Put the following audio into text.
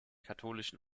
katholischen